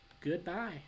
goodbye